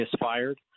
misfired